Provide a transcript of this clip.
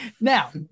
Now